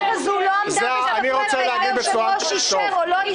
כזו לא עמדה --- היושב-ראש אישר או לא אישר.